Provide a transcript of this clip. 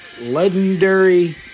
legendary